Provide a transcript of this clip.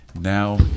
Now